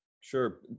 Sure